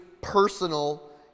personal